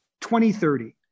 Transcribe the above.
2030